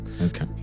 okay